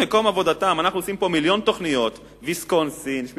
אנחנו עושים פה מיליון תוכניות כמו "ויסקונסין"